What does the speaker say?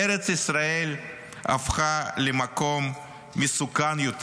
ארץ ישראל הפכה למקום מסוכן יותר.